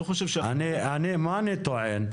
מה אני טוען?